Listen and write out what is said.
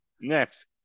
Next